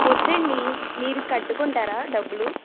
వద్దండి మీరు కట్టుకుంటారా డబ్బులు